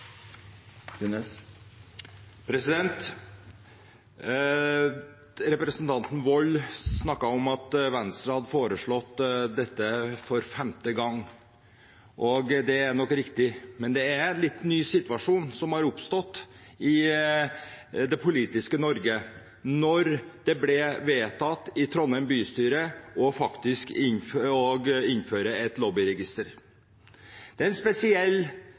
støtta. Representanten Wold snakket om at Venstre hadde foreslått dette for femte gang. Det er nok riktig, men det er en litt ny situasjon som har oppstått i det politiske Norge etter at det i Trondheim bystyre ble vedtatt å innføre et lobbyregister. Det er en spesiell